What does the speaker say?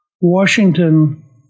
Washington